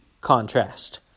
contrast